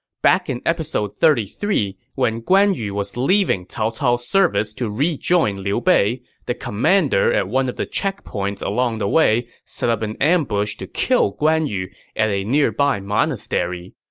back in episode thirty three, when guan yu was leaving cao cao's service to rejoin liu bei, the commander at one of the checkpoints along the way set up an ambush to kill guan yu at a nearby monastery.